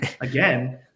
again